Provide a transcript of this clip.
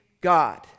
God